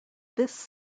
this